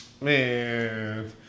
Man